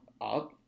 up